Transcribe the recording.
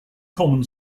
common